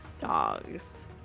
dogs